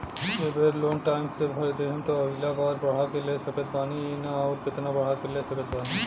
ए बेर loan time से भर देहम त अगिला बार बढ़ा के ले सकत बानी की न आउर केतना बढ़ा के ले सकत बानी?